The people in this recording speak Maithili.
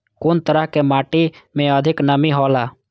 कुन तरह के माटी में अधिक नमी हौला?